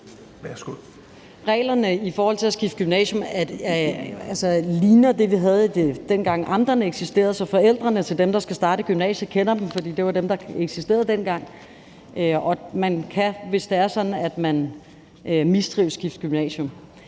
Reglerne for at skifte gymnasium ligner dem, vi havde, dengang amterne eksisterede, så forældrene til dem, der skal starte i gymnasiet, kender dem, for det var dem, der eksisterede dengang. Og kan man, hvis man mistrives, skifte gymnasium.